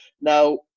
Now